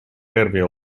эрве